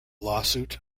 lawsuit